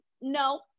no